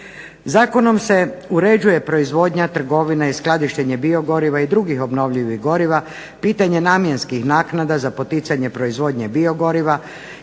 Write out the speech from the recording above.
Zakonom se uređuje proizvodnja, trgovina i skladištenje biogoriva i drugih obnovljivih goriva, pitanje namjenskih naknada za poticanje proizvodnje biogoriva